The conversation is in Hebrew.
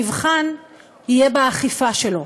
המבחן יהיה באכיפה שלו.